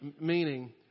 meaning